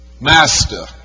Master